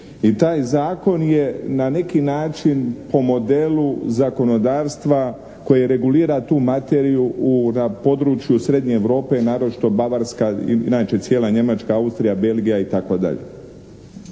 i taj zakon je na neki način po modelu zakonodavstva koje regulira tu materiju na području srednje Europe naročito Bavarska, cijela Njemačka, Austrija, Belgija itd.